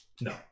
No